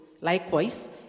Likewise